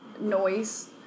noise